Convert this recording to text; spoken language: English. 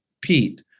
Pete